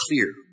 clear